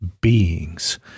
beings